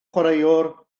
chwaraewr